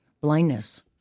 Blindness